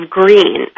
green